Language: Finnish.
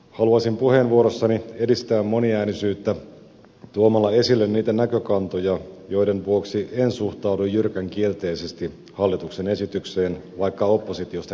haluaisin puheenvuorossani edistää moniäänisyyttä tuomalla esille niitä näkökantoja joiden vuoksi en suhtaudu jyrkän kielteisesti hallituksen esitykseen vaikka oppositiosta käsin puhunkin